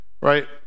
Right